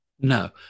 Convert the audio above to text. No